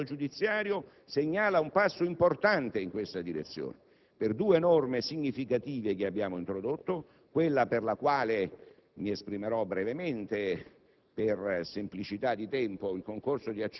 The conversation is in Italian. questa riforma dell'ordinamento giudiziario segna un passo importante in questa direzione per due norme significative che abbiamo introdotto, quella sulla quale mi esprimerò brevemente,